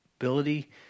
ability